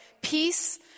peace